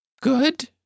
Good